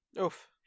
Oof